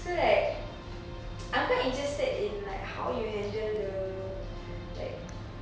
so like I'm quite interested in like how you handle the like